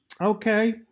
Okay